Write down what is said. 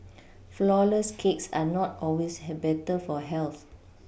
flourless cakes are not always had better for health